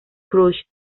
crush